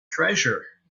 treasure